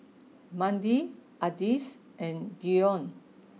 Mandie Ardyce and Deion